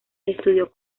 estudió